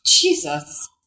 Jesus